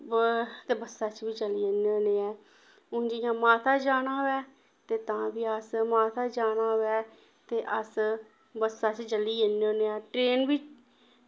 ब ते बस्सा च बी चली जन्ने होन्ने आं हून जि'यां माता जाना होऐ ते तां बी अस माता जाना होऐ ते अस बस्सा च चली जन्ने होन्ने आं ट्रेन बी ट्रेन